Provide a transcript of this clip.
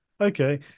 Okay